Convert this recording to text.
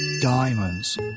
Diamonds